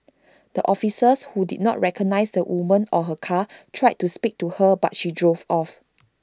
the officers who did not recognise the woman or her car tried to speak to her but she drove off